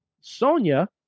Sonya